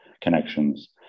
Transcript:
connections